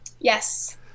Yes